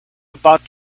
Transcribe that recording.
about